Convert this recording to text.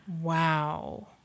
Wow